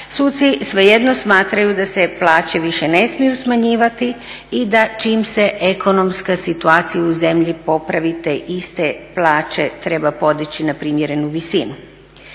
suci svejedno smatraju da se plaće više ne smiju smanjivati i da čim se ekonomska situacija u zemlji popravi te iste plaće treba podići na primjerenu visinu."